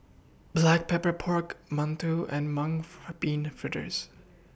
Black Pepper Pork mantou and Mung Bean Fritters